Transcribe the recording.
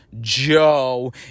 Joe